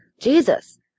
Jesus